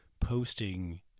posting